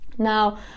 Now